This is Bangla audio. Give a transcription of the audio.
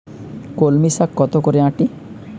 কলমি শাখ কত করে আঁটি?